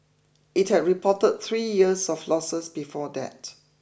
it had reported three years of losses before that